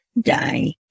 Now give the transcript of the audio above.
die